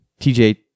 TJ